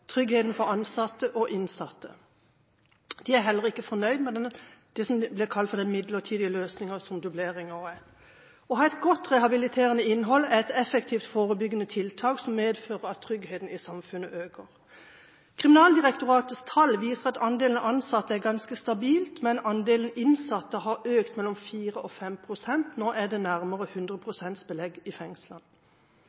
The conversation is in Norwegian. tryggheten for ansatte og innsatte. De er heller ikke fornøyd med det som blir kalt den midlertidige løsningen, som dubleringen er. Å ha et godt rehabiliterende innhold er et effektivt forebyggende tiltak som medfører at tryggheten i samfunnet øker. Kriminalomsorgsdirektoratets tall viser at andelen av ansatte er ganske stabilt, men andelen innsatte har økt mellom 4 og 5 pst. Nå er det nærmere 100